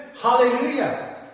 Hallelujah